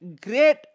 great